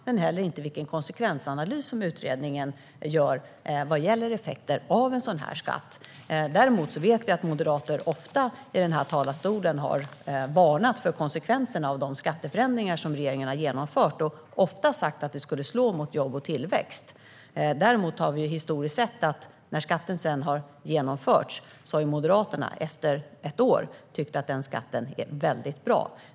Vi vet inte heller vilken konsekvensanalys utredningen gör vad gäller effekter av en sådan här skatt. Moderaterna har i talarstolen ofta varnat för konsekvenserna av de skatteförändringar som regeringen har genomfört och sagt att de kommer att slå mot jobb och tillväxt. Men när skatten sedan har införts har Moderaterna efter ett år tyckt att skatten är bra.